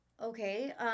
okay